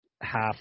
half